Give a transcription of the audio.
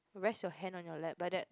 rest your hand on your lap like that